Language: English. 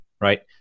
right